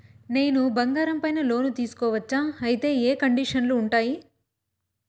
నేను బంగారం పైన లోను తీసుకోవచ్చా? అయితే ఏ కండిషన్లు ఉంటాయి?